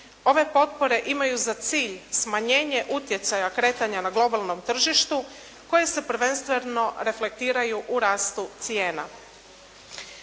Ove potpore imaju za cilj smanjenje utjecaja kretanja na globalnom tržištu koje se prvenstveno reflektiraju u rastu cijena.